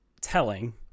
telling